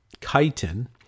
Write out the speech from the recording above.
chitin